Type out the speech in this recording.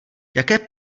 jaké